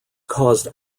caused